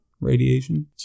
Radiation